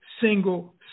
single